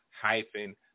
hyphen